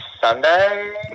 Sunday